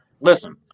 Listen